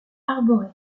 arborée